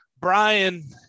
Brian